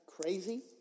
crazy